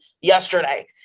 yesterday